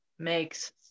makes